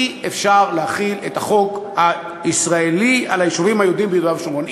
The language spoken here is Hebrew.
אי-אפשר להחיל את החוק הישראלי על היישובים היהודיים ביהודה ושומרון,